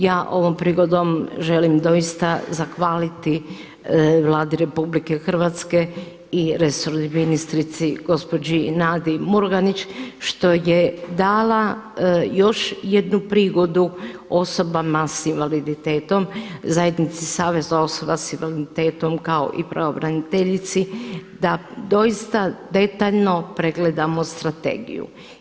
Ja ovom prigodom želim doista zahvaliti Vladi RH i resornoj ministrici gospođi Nadi Murganić što je dala još jednu prigodu osobama s invaliditetom, zajednici Savez osoba s invaliditetom kao i pravobraniteljici da doista detaljno pregledamo strategiju.